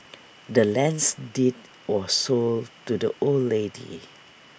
the land's deed was sold to the old lady